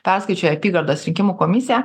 perskaičiuoja apygardos rinkimų komisija